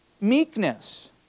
meekness